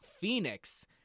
Phoenix